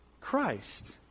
Christ